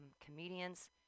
comedians